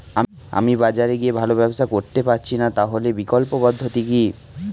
আমি বাজারে গিয়ে ভালো ব্যবসা করতে পারছি না তাহলে বিকল্প পদ্ধতি কি?